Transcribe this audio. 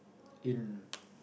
in